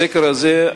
הסקר הזה,